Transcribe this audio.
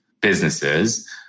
businesses